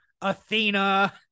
Athena